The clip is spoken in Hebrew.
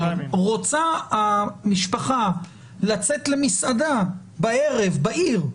רוצה המשפחה לצאת למסעדה בערב, בעיר,